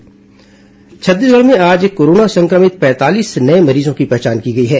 corona मरीज छत्तीसगढ़ में आज कोरोना संक्रमित पैंतालीस नये मरीजों की पहचान की गई है